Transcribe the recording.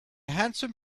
handsome